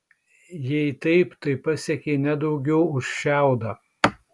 jei taip tai pasiekei ne daugiau už šiaudą